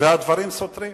והדברים סותרים.